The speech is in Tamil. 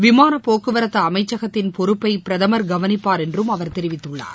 விமாளப் போக்குவரத்து அமைச்சகத்தின் பொறுப்பை பிரதமர் கவனிப்பார் என்றும் அவர் தெரிவித்துள்ளார்